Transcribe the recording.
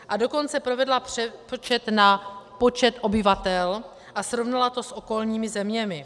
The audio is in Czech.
A dokonce provedla přepočet na počet obyvatel a srovnala to s okolními zeměmi.